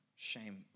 Shame